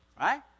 right